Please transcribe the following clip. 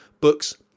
books